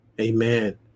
Amen